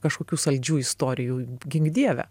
kažkokių saldžių istorijų gink dieve